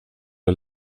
och